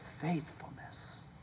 faithfulness